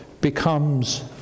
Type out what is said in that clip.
becomes